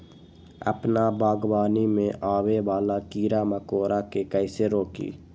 अपना बागवानी में आबे वाला किरा मकोरा के कईसे रोकी?